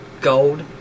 gold